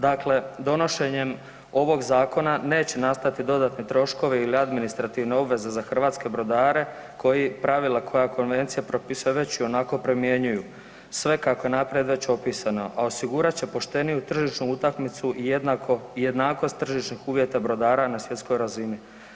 Dakle, donošenjem ovog zakona neće nastati dodatni troškovi ili administrativne obveze za hrvatske brodare koji pravila koja konvencija propisuje već ionako primjenjuju sve kako je naprijed već opisano, a osigurat će pošteniju tržišnu utakmicu i jednako, i jednakost tržišnih uvjeta brodara na svjetskoj razini.